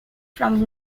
from